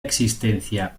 existencia